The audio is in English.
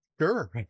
sure